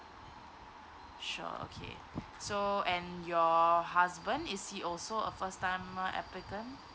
sure okay so and your husband is is he also a first timer applicant